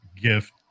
gift